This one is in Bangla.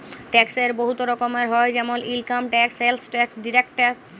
ট্যাক্সের বহুত রকম হ্যয় যেমল income tax, sales tax, direct tax